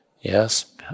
yes